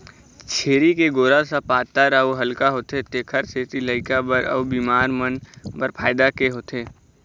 छेरी के गोरस ह पातर अउ हल्का होथे तेखर सेती लइका बर अउ बिमार मन बर फायदा के होथे